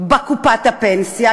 בקופת הפנסיה,